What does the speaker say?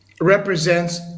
represents